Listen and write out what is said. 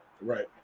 right